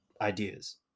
ideas